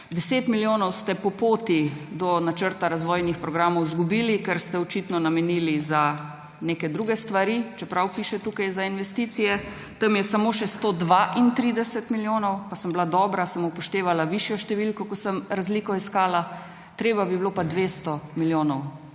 10 milijonov ste po poti do načrta razvojnih programov izgubili, ker ste očitno namenili za neke druge stvari, čeprav piše tukaj za investicije. Tam je samo še 132 milijonov, pa sem bil dobra, sem upoštevala višjo številko, ko sem iskala razliko. Treba bi bilo pa 200 milijonov.